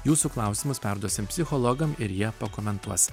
jūsų klausimus perduosim psichologam ir jie pakomentuos